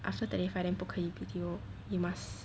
after thirty five then 不可以 B_T_O you must